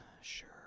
Sure